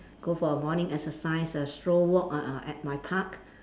go for a morning exercise a stroll walk uh err at my park